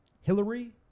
Hillary